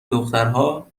دخترها